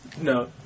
No